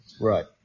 Right